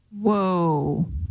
Whoa